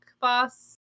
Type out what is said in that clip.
boss